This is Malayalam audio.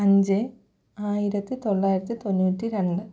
അഞ്ച് ആയിരത്തി തൊള്ളായിരത്തി തൊണ്ണൂറ്റി രണ്ട്